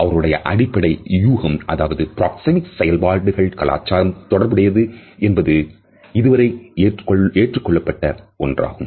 அவருடைய அடிப்படை யூகம் அதாவது பிராக்சேமிக்ஸ் செயல்பாடுகள் கலாச்சாரம் தொடர்புடையது என்பது இதுவரை ஏற்றுக்கொள்ளப்பட்ட ஒன்றாகும்